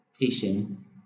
Patience